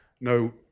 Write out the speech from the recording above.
no